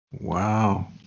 Wow